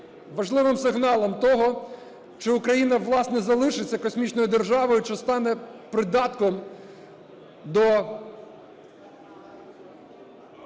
важливим сигналом того, чи Україна власне залишиться космічною державою, чи стане придатком до…